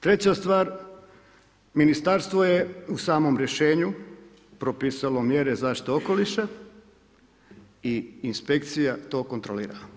Treća stvar, ministarstvo je u samom rješenju propisalo mjere zaštite okoliša i inspekcija to kontrolira.